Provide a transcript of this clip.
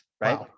Right